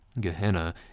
Gehenna